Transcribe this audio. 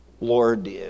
Lord